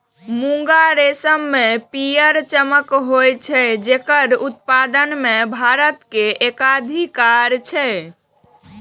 मूंगा रेशम मे पीयर चमक होइ छै, जेकर उत्पादन मे भारत के एकाधिकार छै